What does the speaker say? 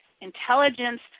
intelligence